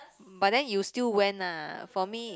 but then you still went ah for me